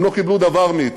הם לא קיבלו דבר מאתנו,